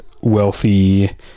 wealthy